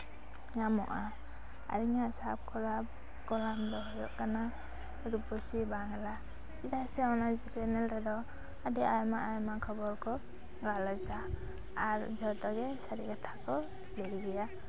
ᱧᱟᱢᱚᱜᱼᱟ ᱟᱨ ᱤᱧᱟᱹᱜ ᱥᱟᱵ ᱠᱚᱨᱟ ᱫᱚ ᱦᱩᱭᱩᱜ ᱠᱟᱱᱟ ᱨᱩᱯᱚᱥᱤ ᱵᱟᱝᱞᱟ ᱪᱮᱫᱟᱜ ᱥᱮ ᱚᱱᱟ ᱪᱮᱱᱮᱞ ᱨᱮᱫᱚ ᱟᱹᱰᱤ ᱟᱭᱢᱟ ᱟᱭᱢᱟ ᱠᱷᱚᱵᱚᱨ ᱠᱚ ᱜᱟᱞᱚᱪᱟ ᱟᱨ ᱡᱷᱚᱛᱚ ᱜᱮ ᱥᱟᱹᱨᱤ ᱠᱟᱛᱷᱟ ᱠᱚ ᱞᱟᱹᱭ ᱜᱮᱭᱟ